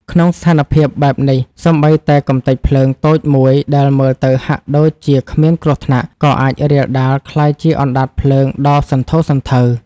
ក្នុងស្ថានភាពបែបនេះ សូម្បីតែកម្ទេចភ្លើងតូចមួយដែលមើលទៅហាក់ដូចជាគ្មានគ្រោះថ្នាក់ ក៏អាចរាលដាលក្លាយជាអណ្ដាតភ្លើងដ៏សន្ធោសន្ធៅ។